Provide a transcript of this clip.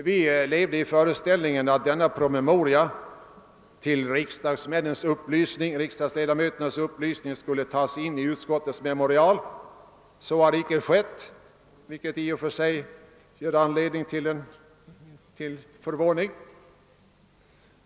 Vi levde i den föreställningen att denna PM — till riksdagsledamöternas upplysning — skulle tas in i utskottets memorial. Så har icke skett, vilket i och för sig ger anledning till förvåning.